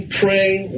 praying